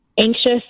anxious